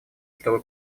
чтобы